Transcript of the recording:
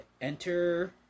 Enter